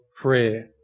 prayer